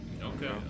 Okay